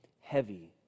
heavy